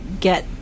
get